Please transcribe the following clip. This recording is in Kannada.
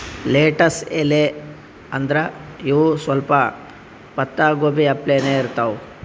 ಲೆಟ್ಟಸ್ ಎಲಿ ಅಂದ್ರ ಇವ್ ಸ್ವಲ್ಪ್ ಪತ್ತಾಗೋಬಿ ಅಪ್ಲೆನೇ ಇರ್ತವ್